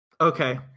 okay